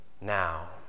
Now